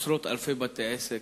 יש עשרות אלפי בתי-עסק.